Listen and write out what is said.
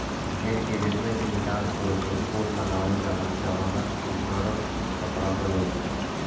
भेड़ के रेशा के निकाल के ओकर ऊन बनावल जाला जवना के गरम कपड़ा बनेला